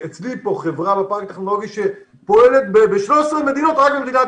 אצלי יש חברה בפארק הטכנולוגי שפועלת ב-13 מדינות ורק במדינת